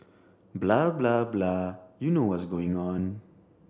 blah blah blah you know what's going on